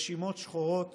רשימות שחורות